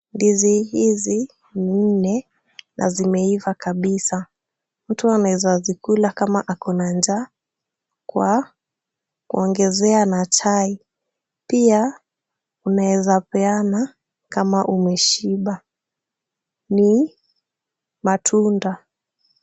Ndizi hizi ni nne na hizi nne na zimeiva kabisa. Mtu anaweza azikula kama ako na njaa, kwa kuongezea na chai. Pia, unaweza peana kama umeshiba. Ni matunda.